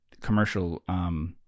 commercial